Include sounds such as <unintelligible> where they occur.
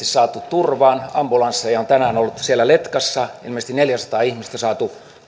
<unintelligible> saatu turvaan ambulansseja on tänään ollut siellä letkassa ja ilmeisesti neljäsataa ihmistä on saatu